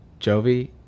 Jovi